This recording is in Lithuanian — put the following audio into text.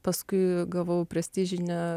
paskui gavau prestižinę